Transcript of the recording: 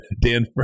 Dan